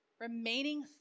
Remaining